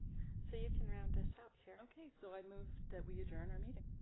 so you can round this out here, okay, so i move that we adjourn our meeting